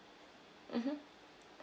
mmhmm